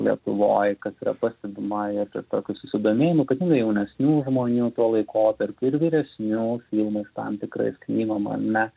lietuvoj kas yra pastebima ir to tokiu susidomėjimu kad nu jaunesnių žmonių tuo laikotarpiu ir vyresnių filmais tam tikrais knygom ar ne